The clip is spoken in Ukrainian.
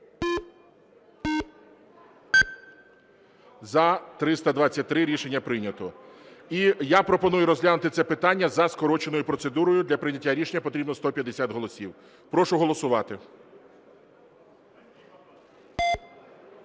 За-323 Рішення прийнято. І я пропоную розглянути це питання за скороченою процедурою. Для прийняття рішення потрібно 150 голосів. Прошу голосувати.